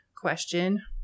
question